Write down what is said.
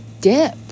dip